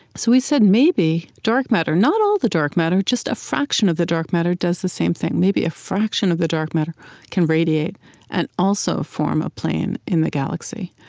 so we said, maybe dark matter not all the dark matter, just a fraction of the dark matter does the same thing maybe a fraction of the dark matter can radiate and also form a plane in the galaxy.